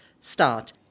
start